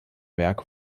werke